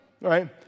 right